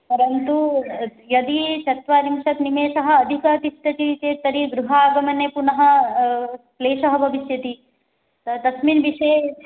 परन्तु यदि चत्वारिंशत् निमेषम् अधिकं तिष्ठति चेत् तर्हि गृहागमने पुनः क्लेशः भविष्यति त तस्मिन् विषये